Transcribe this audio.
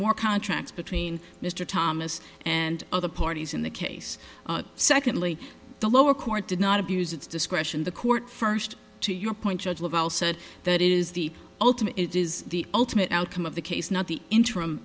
more contracts between mr thomas and other parties in the case secondly the lower court did not abuse its discretion the court first to your point judge lavelle said that is the ultimate it is the ultimate outcome of the case not the interim